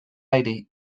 aire